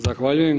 Zahvaljujem.